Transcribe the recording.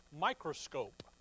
microscope